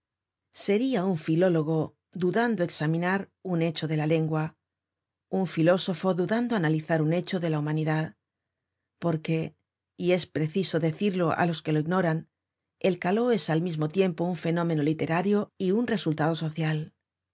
seria un filólogo dudando examinar un hecho de la lengua un filósofo dudando analizar un hecho de la humanidad porque y es preciso decirlo á los que lo ignoran el caló es al mismo tiempo un fenómeno literario y un resultado social